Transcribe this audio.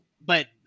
but-